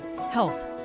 health